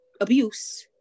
abuse